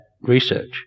research